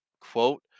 quote